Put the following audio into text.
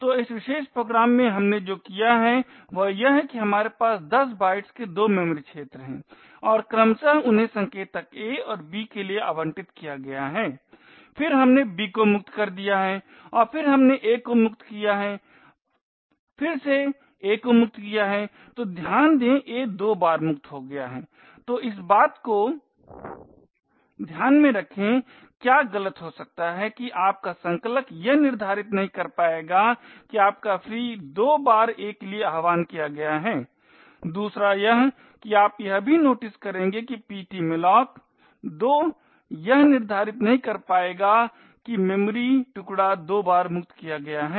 तो इस विशेष प्रोग्राम में हमने जो किया है वह यह है कि हमारे पास 10 बाइट्स के दो मेमोरी क्षेत्र हैं और क्रमशः उन्हें संकेतक A और B के लिए आवंटित किया गया है फिर हमने B को मुक्त कर दिया है और फिर हमने a को मुक्त किया है फिर से a को मुक्त किया है तो ध्यान दें a दो बार मुक्त हो गया है तो इस बात को ध्यान में रखें क्या गलत हो सकता है कि आपका संकलक यह निर्धारित नहीं कर पाएगा कि आपका free दो बार a के लिए आह्वान किया गया है दूसरा यह कि आप यह भी नोटिस करेंगे कि ptmalloc दो यह निर्धारित नहीं कर पाएंगे कि मेमोरी टुकड़ा a दो बार मुक्त किया गया है